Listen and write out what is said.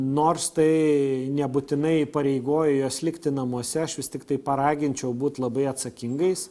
nors tai nebūtinai įpareigoja juos likti namuose aš vis tiktai paraginčiau būt labai atsakingais